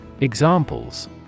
Examples